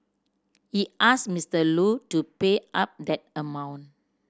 he asked Mister Lu to pay up that amount